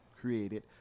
created